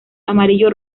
amarillo